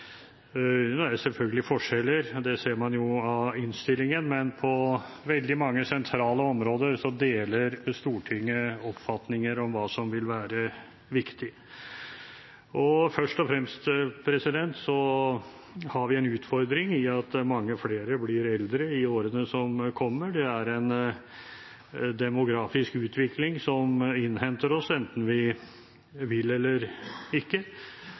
er det selvfølgelig forskjeller, og det ser man av innstillingen, men på veldig mange sentrale områder deler Stortinget oppfatninger om hva som vil være viktig. Først og fremst har vi en utfordring i at mange flere blir eldre i årene som kommer. Det er en demografisk utvikling som innhenter oss, enten vi vil eller ikke